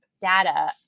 data